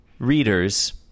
readers